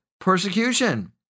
persecution